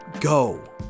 go